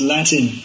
Latin